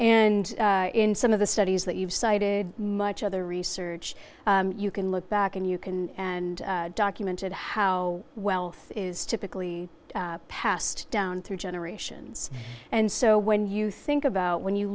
and in some of the studies that you've cited much other research you can look back and you can and documented how wealth is typically passed down through generations and so when you think about